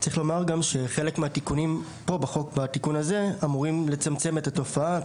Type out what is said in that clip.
צריך לומר גם שחלק מהתיקונים פה בתיקון הזה אמורים לצמצם את התופעה.